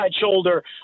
shoulder